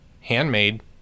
handmade